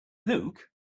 luke